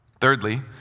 Thirdly